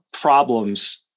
problems